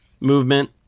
movement